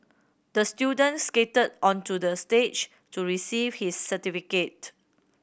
the student skated onto the stage to receive his certificate